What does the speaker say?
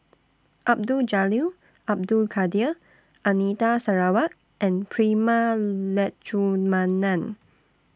Abdul Jalil Abdul Kadir Anita Sarawak and Prema Letchumanan